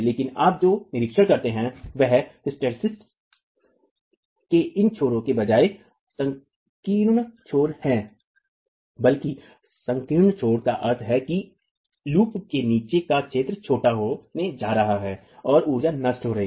लेकिन आप जो निरीक्षण करते हैं वे हिस्टैरिसीस के इन छोरों के बजाय संकीर्ण छोर हैं बल्कि संकीर्ण छोरों का अर्थ है कि लूप के नीचे का क्षेत्र छोटा होने जा रहा है और ऊर्जा नष्ट हो रही है